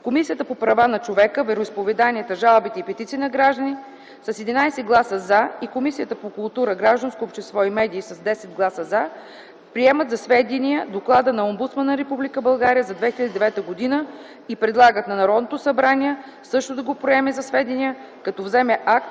Комисията по правата на човека, вероизповеданията, жалбите и петициите на гражданите с 11 гласа „за” и Комисията по културата, гражданското общество и медиите с 10 гласа „за” приемат за сведение Доклада на омбудсмана на Република България за 2009 г. и предлагат на Народното събрание също да го приеме за сведение, като вземе акт